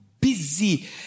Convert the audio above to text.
busy